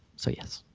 so yes.